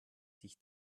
sich